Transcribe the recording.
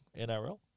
NRL